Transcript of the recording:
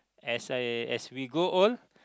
as I as we go old